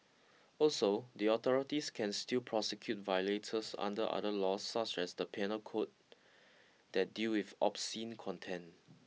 also the authorities can still prosecute violators under other laws such as the Penal code that deal with obscene content